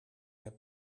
their